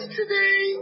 today